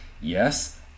yes